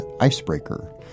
Icebreaker